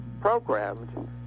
programmed